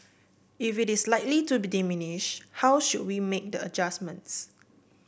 if it is likely to diminish how should we make the adjustments